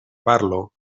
parlo